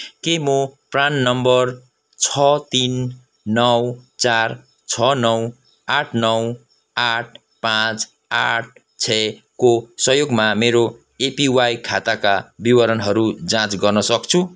के म प्रान नम्बर छ तिन नौ चार छ नौ आठ नौ आठ पाचँ आठ छे को सहयोगमा मेरो एपिवाई खाताका विवरणहरू जाँच गर्न सक्छु